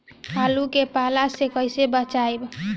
आलु के पाला से कईसे बचाईब?